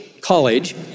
college